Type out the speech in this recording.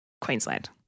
Queensland